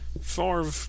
Favre